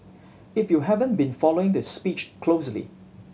if you haven't been following the speech closely